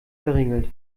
verriegelt